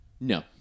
No